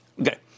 Okay